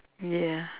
ya